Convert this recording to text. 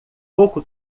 pouco